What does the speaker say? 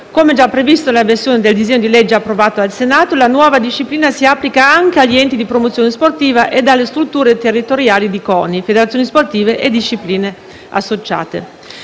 Come già previsto nella versione del disegno di legge approvata dal Senato, la nuova disciplina si applica anche agli enti di promozione sportiva e alle strutture territoriali di CONI, federazioni sportive e discipline associate.